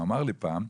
הוא אמר לי פעם: